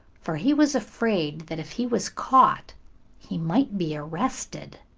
for he was afraid that if he was caught he might be arrested.